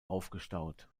aufgestaut